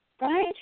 right